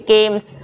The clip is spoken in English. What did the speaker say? Games